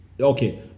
Okay